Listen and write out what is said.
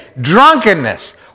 drunkenness